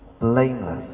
blameless